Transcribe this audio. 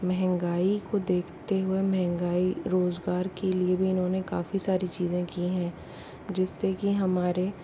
महंगाई को देखते हुए महंगाई रोज़गार के लिए भी इन्होने काफी सारी चीज़ें की हैं जिससे कि हमारे